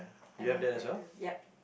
I have that too ya